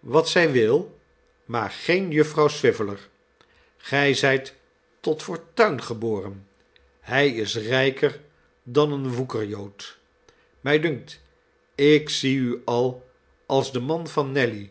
wat zij wil maar geen jufvrouw swiveller gij zijt tot fortuin geboren hij is rijker dan een woekerjood mij dunkt ik zie u al als de man van nelly